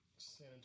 San